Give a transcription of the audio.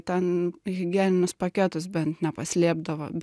ten higieninius paketus bent nepaslėpdavo